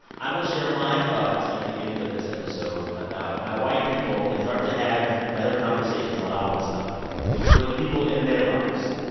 i will share my thoughts at the end of this episode about how white people can start to have better conversations about all of this stuff with the people in their lives.